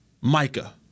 Micah